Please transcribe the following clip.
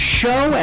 show